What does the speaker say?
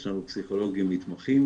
יש לנו פסיכולוגים מתמחים